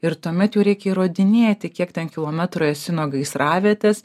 ir tuomet jau reikia įrodinėti kiek ten kilometrų esi nuo gaisravietės